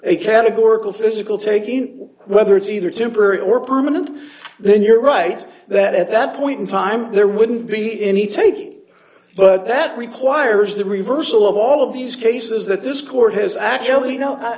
a categorical physical taking whether it's either temporary or permanent then you're right that at that point in time there wouldn't be any taking but that requires the reversal of all of these cases that this court has actually no